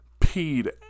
peed